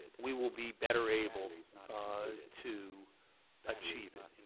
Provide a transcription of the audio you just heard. we will be better able to achieve it.